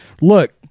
look